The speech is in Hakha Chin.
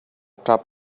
ṭap